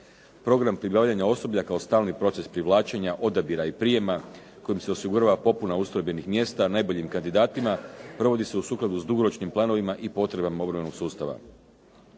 Program pribavljanja osoblja kao stalni proces privlačenja, odabira i prijema kojim se osigurava popuna ustrojbenih mjesta najboljim kandidatima provodi se u skladu s dugoročnim planovima i potrebama obrambenog sustava.